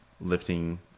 lifting